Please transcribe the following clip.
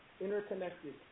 interconnected